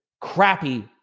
crappy